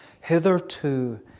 hitherto